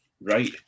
right